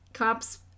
Cops